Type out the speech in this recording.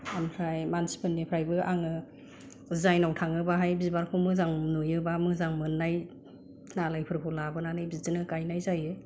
ओमफ्राय मानसिफोरनिफ्रायबो आङो जायनाव थाङो बेहाय बिबारखौ मोजां नुयोब्ला मोजां मोननाय दालायफोरखौ लाबोनानै बिदिनो गायनाय जायो